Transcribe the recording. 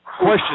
question